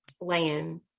land